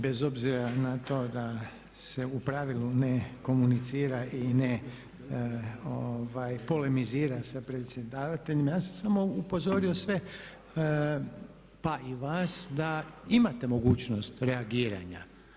Bez obzira na to da se u pravilu ne komunicira ne polemizira sa predsjedavateljem, ja sam samo upozorio sve pa i vas da imate mogućnost reagiranja.